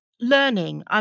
learning